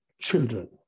children